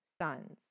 sons